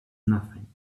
nothing